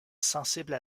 sensible